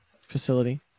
facility